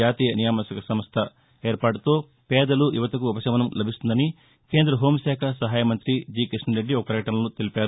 జాతీయ నియామక సంస్థ ఎన్ఆర్ఏ ఏర్పాటుతో పేదలు యువతకు ఉపశమనం లభిస్తుందని కేంద్ర హోం శాఖ సహాయ మంత్రి కిషన్రెడ్డి ఓ పకటనలో తెలిపారు